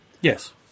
yes